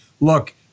look